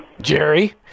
Jerry